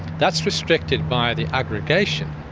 that's restricted by the aggregation,